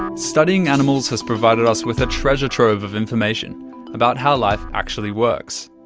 and studying animals has provided us with a treasure trove of information about how life actually works.